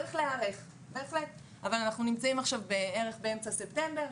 צריך להיערך אבל אנחנו נמצאים עכשיו בערך באמצע ספטמבר,